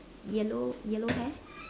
yellow yellow hair